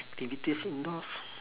activities indoors